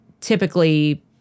typically